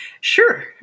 Sure